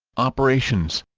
operations